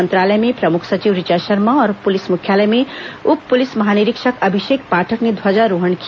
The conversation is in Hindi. मंत्रालय में प्रमुख सचिव ऋचा शर्मा और पुलिस मुख्यालय में उप पुलिस महानिरीक्षक अभिषेक पाठक ने ध्वजारोहण किया